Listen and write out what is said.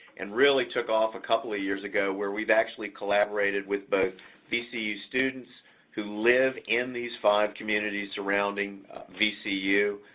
and really took off a couple of years ago where we've actually collaborated with both vcu students who live in these five communities surrounding vcu,